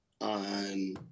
on